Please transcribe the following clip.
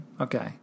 Okay